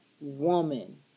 woman